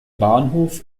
bahnhof